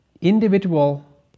individual